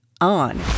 on